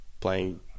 playing